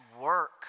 work